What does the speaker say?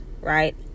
right